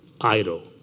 idle